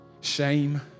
shame